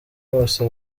bose